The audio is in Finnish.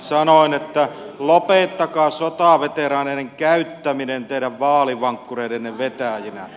sanoin että lopettakaa sotaveteraanien käyttäminen teidän vaalivankkureidenne vetäjinä